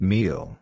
Meal